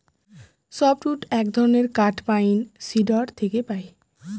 soft wood এক ধরনের কাঠ পাইন, সিডর থেকে পাই